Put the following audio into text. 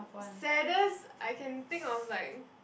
saddest I can think of like